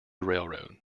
railroad